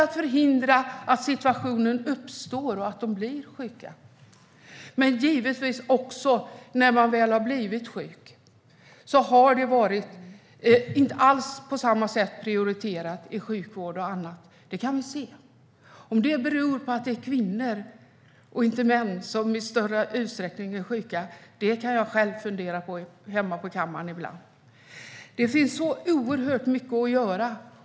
Det har inte gjorts tillräckligt för att förhindra att de blir sjuka, och de har inte heller varit prioriterade i sjukvård och annat när de väl är sjuka. Om det beror på att de sjuka i högre utsträckning är kvinnor än män funderar jag på hemma på kammaren ibland. Det finns så mycket att göra.